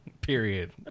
Period